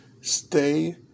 stay